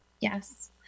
Yes